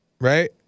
right